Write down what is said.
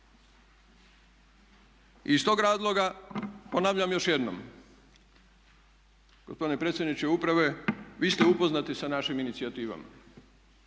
i iz tog razloga ponavljam još jednom gospodine predsjedniče Uprave vi ste upoznati sa našim inicijativama.